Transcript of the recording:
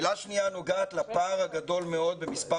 שאלה שנייה נוגעת לפער הגדול מאוד במספר